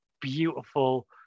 beautiful